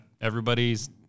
everybody's